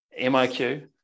MIQ